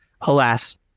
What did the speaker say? Alas